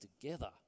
together